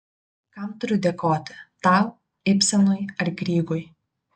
kam turiu dėkoti tau ibsenui ar grygui